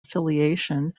affiliation